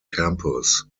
campus